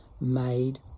made